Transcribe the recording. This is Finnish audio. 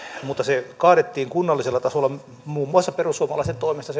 mutta se hoitomaksujen korotus kaadettiin kunnallisella tasolla muun muassa perussuomalaisen toimesta